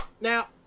Now